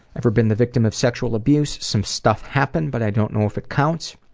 ever been the victim of sexual abuse some stuff happened, but i don't know if it counts.